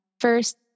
first